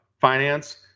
finance